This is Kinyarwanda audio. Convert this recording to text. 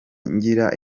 ngira